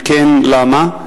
2. אם כן, למה?